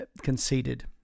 conceded